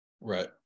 Right